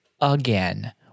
again